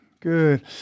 Good